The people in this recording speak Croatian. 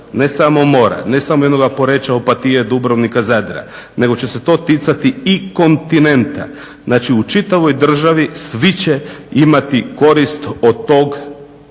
ne samo mora, ne samo jednoga Poreča, Opatije, Dubrovnika, Zadra nego će se to ticati i kontinenta. Znači u čitavoj državi svi će imati korist od tog